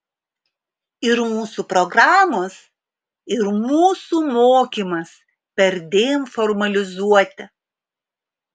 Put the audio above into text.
ir mūsų programos ir mūsų mokymas perdėm formalizuoti